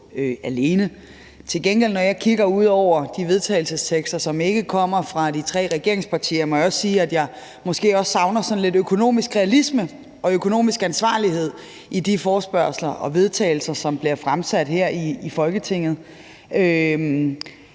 alene. Til gengæld må jeg også, når jeg kigger ud over de vedtagelsestekster, som ikke kommer fra de tre regeringspartier, sige, at jeg måske også savner sådan lidt økonomisk realisme og økonomisk ansvarlighed i forespørgslerneog de vedtagelsestekster, som bliver fremsat her i Folketinget. Der